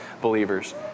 believers